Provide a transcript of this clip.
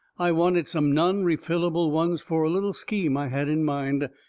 i wanted some non-refillable ones for a little scheme i had in mind,